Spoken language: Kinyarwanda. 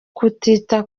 kutita